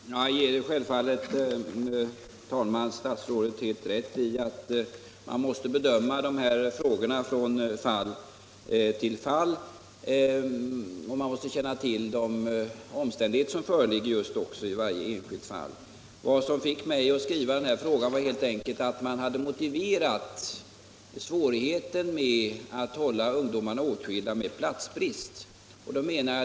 Herr talman! Jag ger självfallet statsrådet helt rätt i att man måste bedöma dessa frågor från fall till fall, och man måste då naturligtvis också känna till de omständigheter som föreligger i varje enskilt fall. Vad som fick mig att ställa frågan var helt enkelt det faktum att man hade motiverat svårigheterna med att hålla ungdomarna åtskilda med platsbrist.